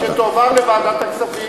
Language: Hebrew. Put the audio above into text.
שתהיה הצעה לסדר-היום שתועבר לוועדת השרים,